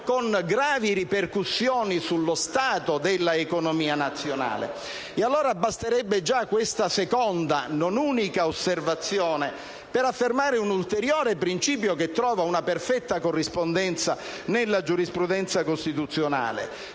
grazie a tutto